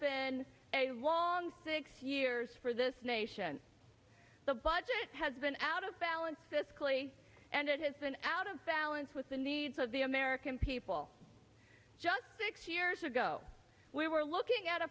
been a long six years for this nation the budget has been out of balance fiscally and it has been out of balance with the needs of the american people just six years ago we were looking at a